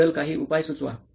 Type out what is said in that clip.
याबाबदल काही उपाय सुचवा